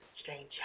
strange